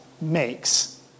makes